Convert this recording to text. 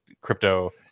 crypto